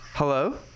Hello